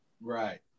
Right